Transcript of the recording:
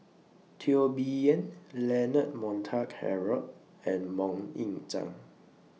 Teo Bee Yen Leonard Montague Harrod and Mok Ying Jang